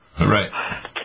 Right